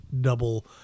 double